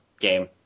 game